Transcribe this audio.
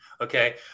Okay